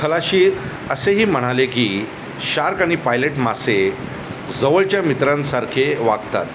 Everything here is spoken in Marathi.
खलाशी असेही म्हणाले की शार्क आणि पायलेट मासे जवळच्या मित्रांसारखे वागतात